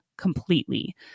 completely